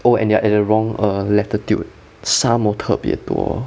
oh and they are at the wrong err latitude 沙漠特别多